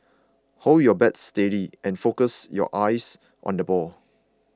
hold your bat steady and focus your eyes on the ball